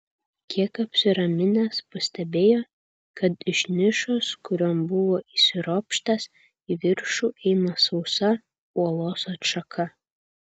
kiek apsiraminęs pastebėjo kad iš nišos kurion buvo įsiropštęs į viršų eina sausa uolos atšaka